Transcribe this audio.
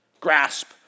grasp